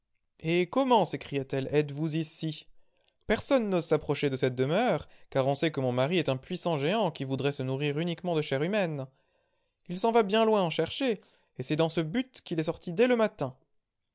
ehl comment s'écria-t-elle êtes-vous ici personne n'ose s'approcher de cette demeure car on sait que mon mari est un puissant géant qui voudrait se nourrir uniquement de chair humaine il s'en va bien loin en chercher et c'est dans ce but qu'il est sorti dès le matin